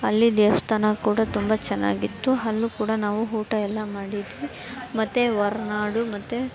ಅಲ್ಲಿ ದೇವಸ್ಥಾನ ಕೂಡ ತುಂಬ ಚೆನ್ನಾಗಿತ್ತು ಅಲ್ಲೂ ಕೂಡ ನಾವು ಊಟ ಎಲ್ಲ ಮಾಡಿದ್ವಿ ಮತ್ತು ಹೊರನಾಡು ಮತ್ತು